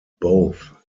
both